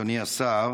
אדוני השר,